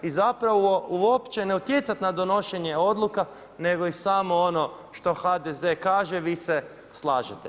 I zapravo uopće ne utjecati na donošenje odluka nego ih samo ono što HDZ kaže vi se slažete.